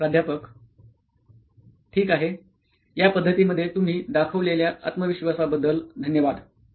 प्राध्यापक ठीक आहे या पद्धतीमध्ये तुम्ही दाखवलेल्या आत्मविश्वासाबद्दल धन्यवाद